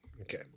Okay